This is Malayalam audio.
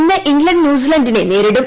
ഇന്ന് ഇംഗ്ലണ്ട് ന്യൂസ് ലാൻഡിനെ നേരിടും